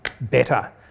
better